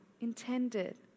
intended